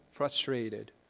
Frustrated